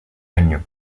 año